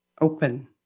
open